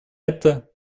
это